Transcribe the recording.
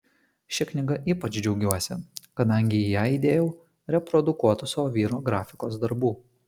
šia knyga ypač džiaugiuosi kadangi į ją įdėjau reprodukuotų savo vyro grafikos darbų